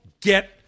Get